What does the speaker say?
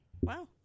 Wow